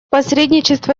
посредничество